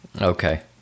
Okay